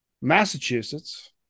Massachusetts